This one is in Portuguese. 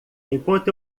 enquanto